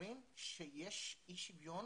יש סולידריות בין יהודים וערבים כשיש אי שוויון